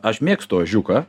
aš mėgstu ožiuką